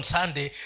Sunday